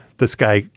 this guy,